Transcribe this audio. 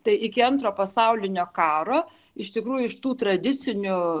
tai iki antro pasaulinio karo iš tikrųjų iš tų tradicinių